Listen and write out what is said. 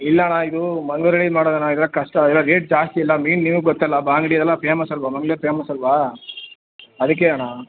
ಇಲ್ಲ ಅಣ್ಣ ಇದು ಮಾಡೋದಣ್ಣ ಇದೆಲ್ಲ ಕಷ್ಟ ಎಲ್ಲ ರೇಟ್ ಜಾಸ್ತಿ ಎಲ್ಲ ಮೀನು ನಿಮಗೆ ಗೊತ್ತಲ್ವ ಬಂಗ್ಡೆ ಎಲ್ಲ ಪೇಮಸಲ್ಲವ ಮಂಗ್ಳೂರು ಪೇಮಸ್ ಅಲ್ಲವಾ ಅದಕ್ಕೆ ಅಣ್ಣ